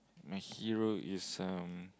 my hero is um